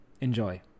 Enjoy